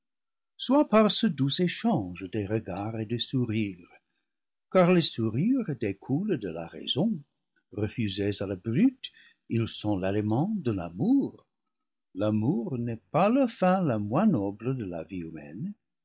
soit par ce doux échange des regards et des sourires car les sourires découlent de la raison refusés à la brute ils sont l'aliment de l'amour l'a mour n'est pas la fin la moins noble de la vie humaine